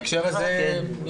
דווקא בהקשר הזה --- נכון,